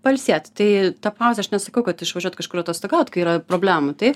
pailsėti tai ta pauzė aš nesakau kad išvažiuot kažkur atostogaut kai yra problemų tai